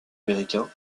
américain